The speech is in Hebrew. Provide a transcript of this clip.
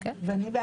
יום הקדיש הכללי,